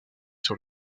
sur